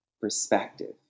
perspective